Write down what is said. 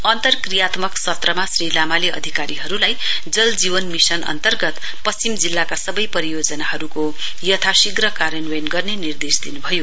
अन्तक्रियात्मक सत्रमा श्री लामाले अधिकारीहरुलाई जल जीवन मिशन अन्तर्गत पश्चिम जिल्लाका सवै परियोजनाहरुको यथाशीघ्र कार्यान्वयन गर्ने निर्देश दिनुभयो